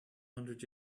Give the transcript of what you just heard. hundred